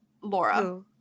Laura